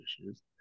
issues